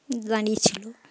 দাঁড়িয়েছিলো